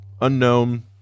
unknown